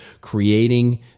creating